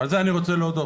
ועל זה אני רוצה להודות.